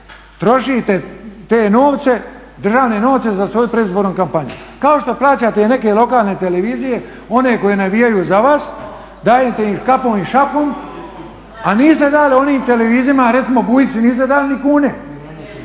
trošite te novce, državne novce za svoju predizbornu kampanju kao što plaćate i neke lokalne televizije one koje navijaju za vas, dajete im kapom i šapom, a niste dali onim televizijama recimo Bujici niste dali niti kune,